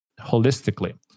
holistically